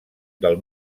del